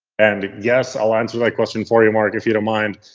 and yes, i'll answer my question for you mark, if you don't mind.